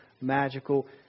magical